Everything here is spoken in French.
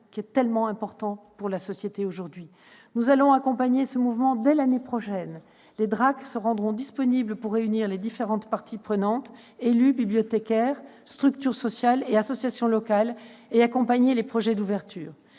lien étant si important pour la société aujourd'hui. Nous accompagnerons ce mouvement dès l'année prochaine. Les DRAC se rendront disponibles pour réunir les différentes parties prenantes- élus, bibliothécaires, structures sociales et associations locales -et accompagner les projets d'ouverture.